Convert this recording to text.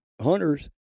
hunters